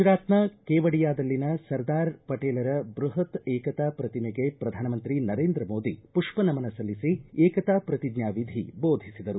ಗುಜರಾತ್ನ ಕೇವಡಿಯಾದಲ್ಲಿನ ಸರ್ದಾರ್ ಪಟೇಲರ ಬೃಹತ್ ಏಕತಾ ಪ್ರತಿಮೆಗೆ ಪ್ರಧಾನಮಂತ್ರಿ ನರೇಂದ್ರ ಮೋದಿ ಪುಷ್ಪನಮನ ಸಲ್ಲಿಸಿ ಏಕತಾ ಪ್ರತಿಜ್ಞಾ ವಿಧಿ ಬೋಧಿಸಿದರು